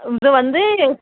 ம் இது வந்து